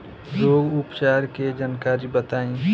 रोग उपचार के जानकारी बताई?